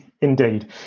indeed